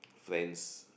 friend's